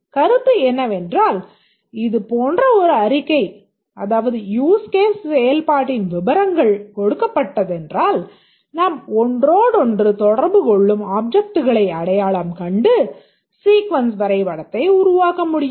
கருத்து என்னவென்றால் இது போன்ற ஒரு அறிக்கை அதாவது யூஸ் கேஸ் செயல்பாட்டின் விபரங்கள் கொடுக்கப்பட்டதென்றால் நாம் ஒன்றோடொன்று தொடர்பு கொள்ளும் ஆப்ஜெக்ட்களை அடையாளம் கண்டு சீக்வென்ஸ் வரைபடத்தை உருவாக்க வேண்டும்